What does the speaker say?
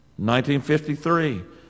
1953